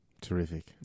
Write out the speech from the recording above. Terrific